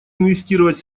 инвестировать